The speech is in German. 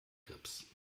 grips